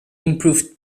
improved